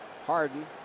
Harden